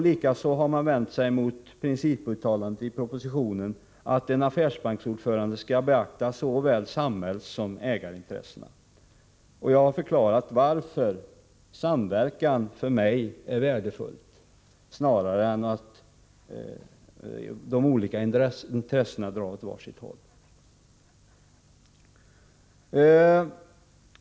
Likaså har man vänt sig mot principuttalandet i propositionen att en affärsbanksordförande skall beakta såväl samhällssom ägarintressena. Jag har förklarat varför samverkan för mig framstår som värdefull i stället för att de olika intressena drar åt var sitt håll.